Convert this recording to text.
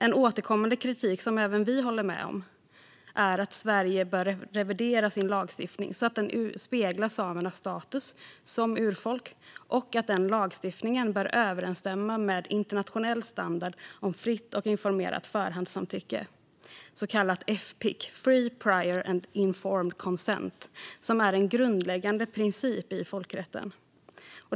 En återkommande kritik som även vi håller med om är att Sverige bör revidera sin lagstiftning så att den speglar samernas status som urfolk och att lagstiftningen bör överensstämma med internationell standard om fritt och informerat förhandssamtycke, så kallat FPIC, free prior and informed consent, som är en grundläggande princip i folkrätten.